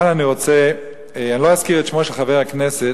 אני לא אזכיר את שמו של חבר הכנסת,